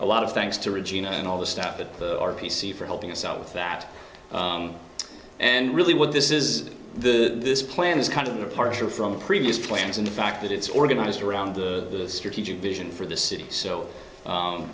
a lot of thanks to regina and all the staff at our p c for helping us out with that and really what this is the this plan is kind of the partial from previous plans and the fact that it's organized around the strategic vision for the city so